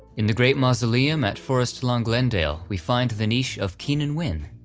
in the great mausoleum at forest lawn glendale we find the niche of keenan wynn.